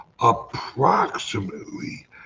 approximately